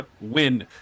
Win